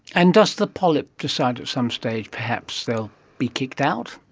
and does the polyp decide at some stage perhaps they will be kicked out?